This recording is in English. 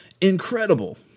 incredible